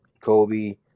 Kobe